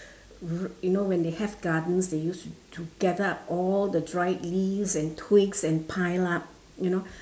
you know when they have gardens they used to to gather up all the dried leaves and twigs and pile up you know